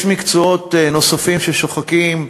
יש מקצועות נוספים ששוחקים,